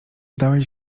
dałeś